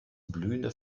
blühende